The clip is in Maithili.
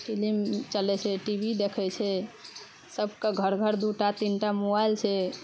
फिलिम चलै छै टी वी देखै छै सबके घर घर दू टा तीनटा मोबाइल छै